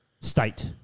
State